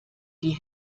die